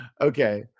okay